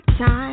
time